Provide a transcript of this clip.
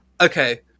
Okay